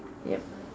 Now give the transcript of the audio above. yup